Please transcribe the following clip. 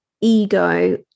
ego